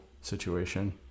situation